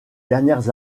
dernières